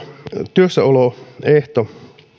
työssäoloehto